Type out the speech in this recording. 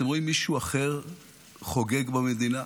אתם רואים מישהו אחר חוגג במדינה?